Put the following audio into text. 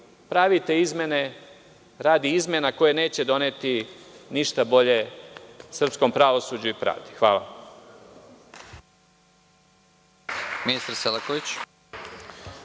pravite izmene radi izmena koje neće doneti ništa bolje srpskom pravosuđu i pravdi. Hvala.